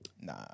Nah